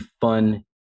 fun